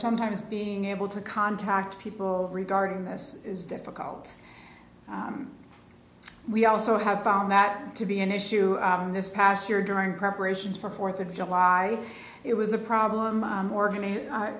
sometimes being able to contact people regarding this is difficult we also have found that to be an issue this past year during preparations for fourth of july it was a problem more